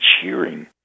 cheering